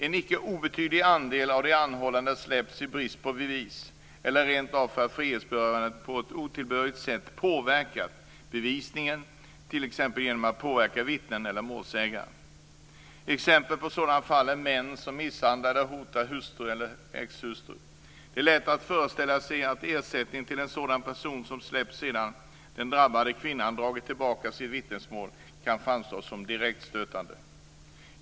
En inte obetydlig andel av de anhållna släpps i brist på bevis eller rent av för att frihetsberövandet på ett otillbörligt sätt påverkar bevisningen t.ex. genom att påverka vittnen eller målsägande. Exempel på sådana fall är när män misshandlar eller hotar hustrur eller exhustrur. Det är lätt att föreställa sig att ersättningen till en sådan person, som släpps sedan den drabbade kvinnan dragit tillbaka sitt vittnesmål, kan framstå som direkt stötande.